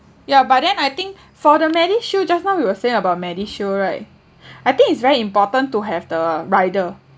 ya but then I think for the MediShield just now we were saying about MediShield right I think it's very important to have the rider